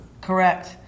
correct